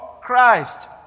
Christ